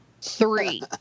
Three